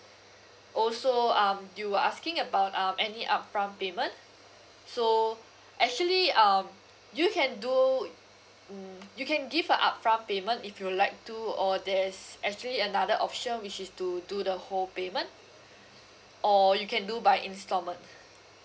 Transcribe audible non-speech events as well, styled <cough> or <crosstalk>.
also um you were asking about um any upfront payment so <breath> actually um you can do i~ mm you can give a upfront payment if you'd like to or there's actually another option which is to do the whole payment <breath> or you can do by installment <breath>